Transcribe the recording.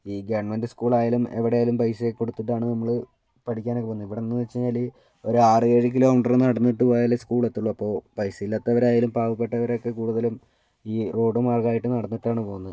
ഈ government school ആയാലും എവിടെ ആയാലും പൈസയൊക്കെ കൊടുത്തിട്ടാണ് നമ്മൾ പഠിക്കാനൊക്കെ പോകുന്നത് ഇവിടെ എന്നു വച്ചു കഴിഞ്ഞാൽ ഒരു ആറ് ഏഴ് കിലോമീറ്ററ് നടന്നിട്ട് പോയാൽ സ്കൂൾ എത്തുള്ളൂ അപ്പോൾ പൈസ ഇല്ലാത്തവർ ആയാലും പാവപ്പെട്ടവരൊക്കെ കൂടുതലും ഈ റോഡ് മാർഗ മായിട്ട് നടന്നിട്ടാണ് പോകുന്നത്